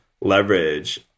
leverage